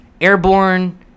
airborne